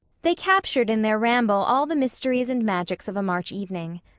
they captured in their ramble all the mysteries and magics of a march evening.